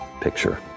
picture